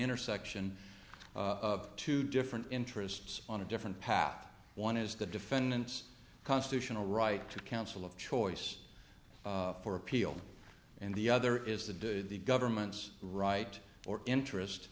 intersection of two different interests on a different path one is the defendant's constitutional right to counsel of choice for appeal and the other is to do the government's right or interest